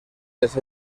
les